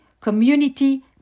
community